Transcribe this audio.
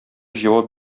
җавап